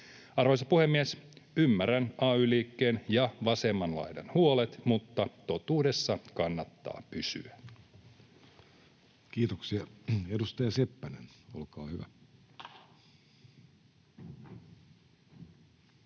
Arvoisa puhemies! Ymmärrän ay-liikkeen ja vasemman laidan huolet, mutta totuudessa kannattaa pysyä. Kiitoksia. — Edustaja Seppänen, olkaa hyvä.